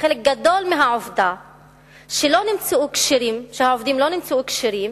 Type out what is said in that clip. שחלק גדול מהעובדה שהעובדים לא נמצאו כשירים